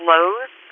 Lowe's